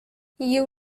you